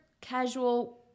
casual